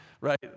right